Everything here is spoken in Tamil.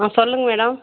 ஆ சொல்லுங்கள் மேடம்